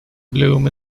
bloom